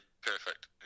perfect